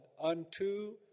unto